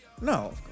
No